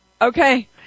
Okay